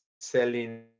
selling